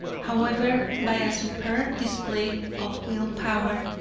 however, by a superb display of will power,